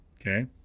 Okay